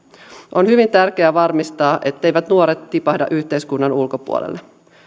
on hyvin tärkeää varmistaa etteivät nuoret tipahda yhteiskunnan ulkopuolelle